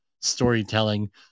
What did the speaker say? storytelling